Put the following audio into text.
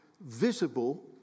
visible